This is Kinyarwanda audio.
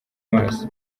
maso